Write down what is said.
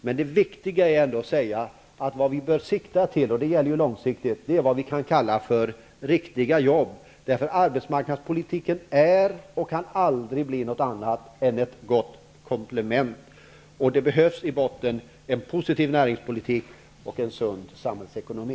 Men det är viktigt att säga att vad vi bör sikta mot -- det gäller då långsiktigt -- är vad vi kan kalla riktiga jobb. Arbetsmarknadspolitiken är och kan aldrig bli något annat än ett gott komplement. Det behövs i botten en positiv näringspolitik och en sund samhällsekonomi.